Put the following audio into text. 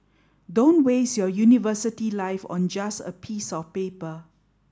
don't waste your university life on just a piece of paper